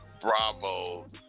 bravo